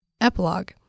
Epilogue